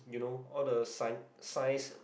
you know all the scien~ science